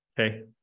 Okay